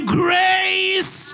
grace